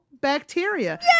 bacteria